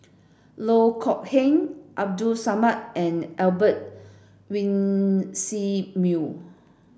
Loh Kok Heng Abdul Samad and Albert Winsemius